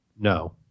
No